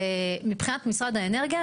ומבחינת משרד האנרגיה,